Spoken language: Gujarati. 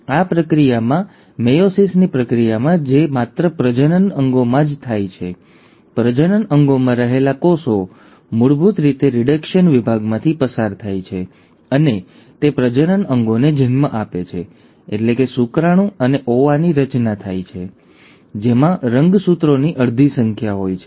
હવે આ પ્રક્રિયામાં મેયોસિસની પ્રક્રિયામાં જે માત્ર પ્રજનન અંગોમાં જ થાય છે પ્રજનન અંગોમાં રહેલા કોષો મૂળભૂત રીતે રિડક્શન વિભાગમાંથી પસાર થાય છે અને તે પ્રજનન અંગોને જન્મ આપે છે એટલે કે શુક્રાણુ અને ઓવાની રચના જેમાં રંગસૂત્રોની અડધી સંખ્યા હોય છે